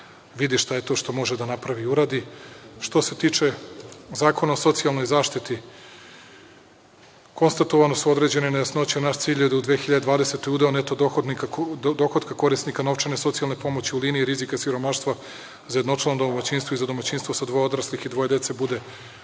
vidi šta je to što može da napravi i uradi. Što se tiče Zakona o socijalnoj zaštiti, konstatovane su određene nejasnoće. Naš cilj je da u 2020. godini udeo neto dohotka korisnika novčane socijalne pomoći u liniji rizika siromaštva za jednočlano domaćinstvo i za domaćinstvo sa dvoje odraslih i dvoje dece bude 80%,